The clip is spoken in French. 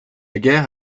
guerre